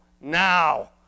now